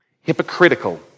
hypocritical